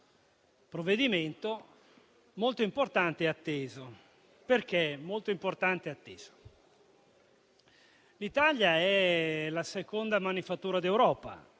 provvedimento, molto importante e atteso. Perché è molto importante e atteso? L'Italia è la seconda manifattura d'Europa